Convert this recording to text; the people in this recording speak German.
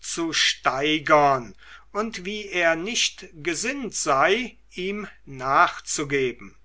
zu steigern und wie er nicht gesinnt sei ihm nachzugeben